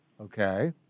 Okay